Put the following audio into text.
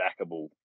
backable